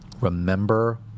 remember